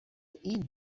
این